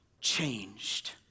changed